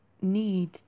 need